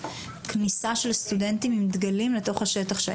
כניסה של סטודנטים עם דגלים לתוך השטח להם?